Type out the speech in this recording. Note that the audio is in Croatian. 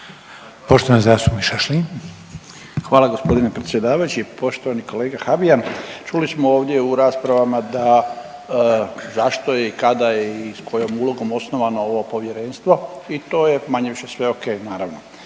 Stipan (HDZ)** Hvala g. predsjedavajući, poštovani kolega Habijan. Čuli smo ovdje u rasprava da zašto je i kada je i s kojom ulogom osnovano ovo Povjerenstvo i to je manje-više sve okej, naravno.